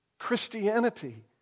Christianity